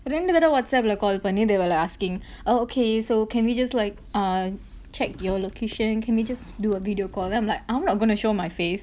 ரெண்டு தடவ:rendu thadava WhatsApp lah call பண்ணி:panni they were asking oh okay so can we just like check your location can we just do a video call I'm like I'm not going to show my face it's okay